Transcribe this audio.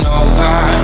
over